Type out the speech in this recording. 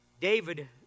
David